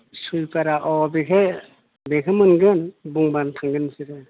सुइपारा अ बेखो बेखो मोनगोन बुंब्लानो थांगोन बिसोरो